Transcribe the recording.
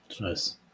nice